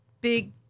big